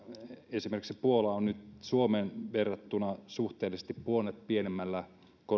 esimerkiksi puola on nyt suomeen verrattuna selvinnyt suhteellisesti puolet pienemmällä